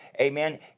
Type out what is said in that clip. Amen